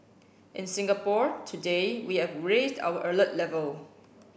in Singapore today we have raised our alert level